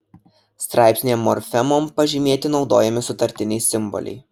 straipsnyje morfemom pažymėti naudojami sutartiniai simboliai